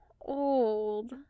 old